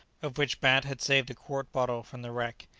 of which bat had saved a quart bottle from the wreck.